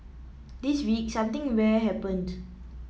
this week something rare happened